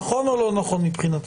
נכון או לא נכון מבחינתכם?